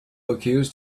accused